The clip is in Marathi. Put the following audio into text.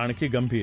आणखी गंभीर